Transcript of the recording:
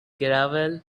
gravel